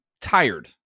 tired